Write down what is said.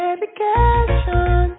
Medication